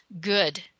good